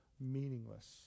meaningless